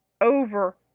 over